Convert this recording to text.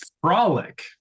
frolic